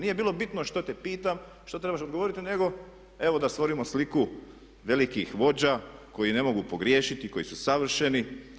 Nije bilo bitno što te pitam, što trebaš odgovoriti nego evo da stvorimo sliku velikih vođa koji ne mogu pogriješiti, koji su savršeni.